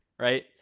right